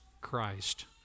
Christ